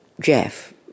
Jeff